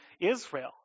Israel